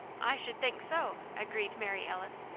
i should think so! agreed mary alice.